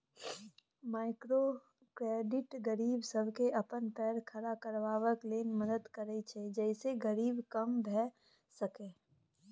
micro credit गरीब सबके अपन पैर खड़ा करबाक लेल मदद करैत छै जइसे गरीबी कम भेय सकेए